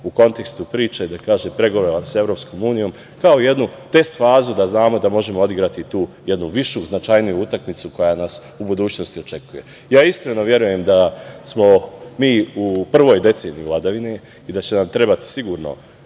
u kontekstu priče pregovora sa EU kao jednu test fazu da znamo da možemo odigrati tu jednu višu, značajniju utakmicu koja nas u budućnosti očekuje. Iskreno verujem da smo mi u prvoj deceniji vladavine i da će nam trebati sigurno